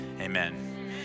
amen